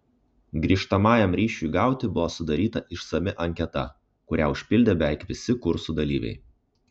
grįžtamajam ryšiui gauti buvo sudaryta išsami anketa kurią užpildė beveik visi kursų dalyviai